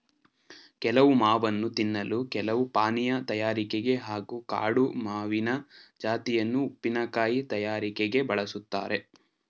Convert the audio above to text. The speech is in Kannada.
ಕೆಲವು ಮಾವನ್ನು ತಿನ್ನಲು ಕೆಲವು ಪಾನೀಯ ತಯಾರಿಕೆಗೆ ಹಾಗೂ ಕಾಡು ಮಾವಿನ ಜಾತಿಯನ್ನು ಉಪ್ಪಿನಕಾಯಿ ತಯಾರಿಕೆಗೆ ಬಳುಸ್ತಾರೆ